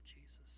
Jesus